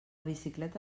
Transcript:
bicicleta